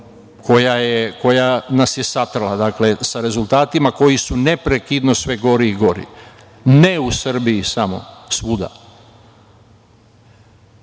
koja nas je satrla, dakle, sa rezultatima koji su neprekidno sve gori i gori ne u Srbiji samo,